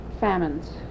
famines